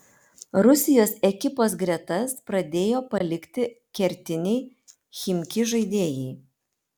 rusijos ekipos gretas pradėjo palikti kertiniai chimki žaidėjai